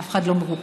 אף אחד לא מרוכז.